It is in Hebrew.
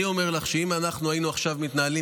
אני אומר לך שאם אנחנו היינו עכשיו מתנהלים